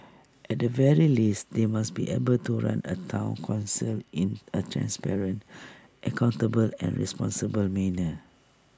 at the very least they must be able to run A Town Council in A transparent accountable and responsible manner